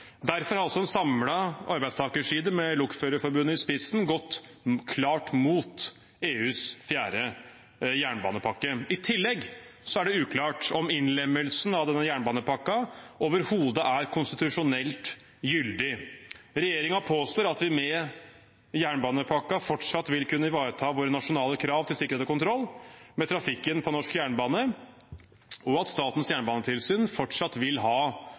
Derfor har også en samlet arbeidstakerside, med Lokførerforbundet i spissen, gått klart mot EUs fjerde jernbanepakke. I tillegg er det uklart om innlemmelsen av denne jernbanepakken overhodet er konstitusjonelt gyldig. Regjeringen påstår at vi med jernbanepakken fortsatt vil kunne ivareta våre nasjonale krav til sikkerhet og kontroll med trafikken på norsk jernbane, og at Statens jernbanetilsyn fortsatt vil ha